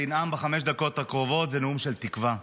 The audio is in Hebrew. בחמש דקות הקרובות, הוא נאום של תקווה.